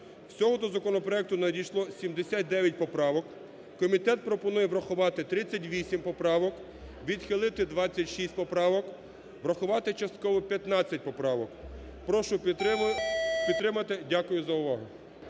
Всього до законопроекту надійшло 79 поправок. Комітет пропонує врахувати 38 поправок, відхилити 26 поправок, врахувати частково 15 поправок. Прошу підтримати. Дякую за увагу.